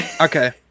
Okay